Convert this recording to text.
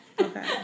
Okay